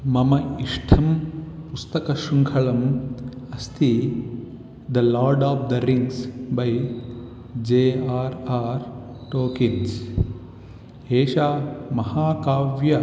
मम इष्टा पुस्तकशृङ्खला अस्ति the Lord of the Rings by J R R Tolkien एतत् महाकाव्यं